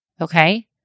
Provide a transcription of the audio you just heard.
Okay